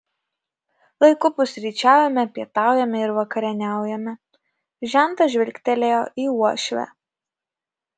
laiku pusryčiaujame pietaujame ir vakarieniaujame žentas žvilgtelėjo į uošvę